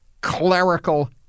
clerical